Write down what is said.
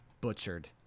Butchered